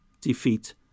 defeat